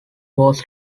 was